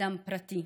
אדם פרטי,